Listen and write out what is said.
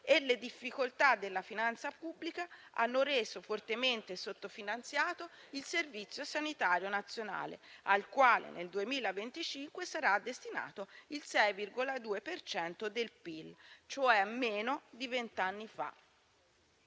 e le difficoltà della finanza pubblica hanno reso fortemente sottofinanziato il Servizio sanitario nazionale, al quale nel 2025 sarà destinato il 6,2 per cento del PIL, cioè meno di vent'anni fa.